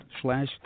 slash